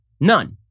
none